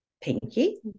pinky